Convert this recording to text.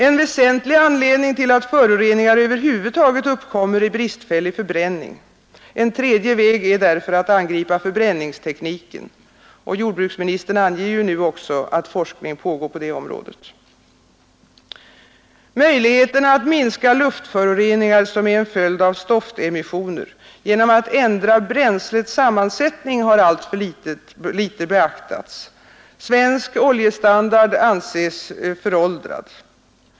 En väsentlig anledning till att föroreningar över huvud taget uppkommer är bristfällig förbränning. En tredje väg är därför att angripa förbränningstekniken — jordbruksministern anger ju nu också att forskning pågår på detta område. Möjligheterna att minska luftföroreningar som är en följd av stoftemissioner genom att ändra bränslets sammansättning har alltför litet beaktats — svensk oljestandard anses föråldrad.